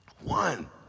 One